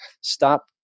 stop